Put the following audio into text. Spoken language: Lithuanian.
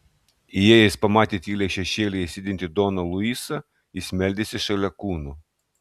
įėjęs pamatė tyliai šešėlyje sėdintį doną luisą jis meldėsi šalia kūno